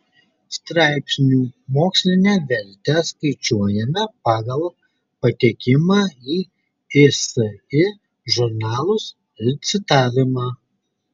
straipsnių mokslinę vertę skaičiuojame pagal patekimą į isi žurnalus ir citavimą